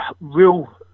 real